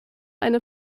eine